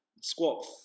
squat